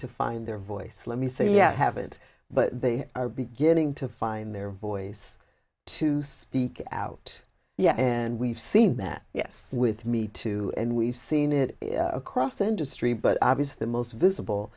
to find their voice let me say yeah i haven't but they are beginning to find their voice to speak out yeah and we've seen that yes with me too and we've seen it across the industry but obviously the most visible